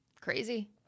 Crazy